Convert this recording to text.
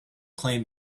claim